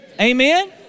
Amen